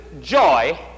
joy